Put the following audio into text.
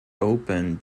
open